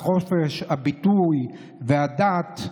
וחופש הביטוי והדת,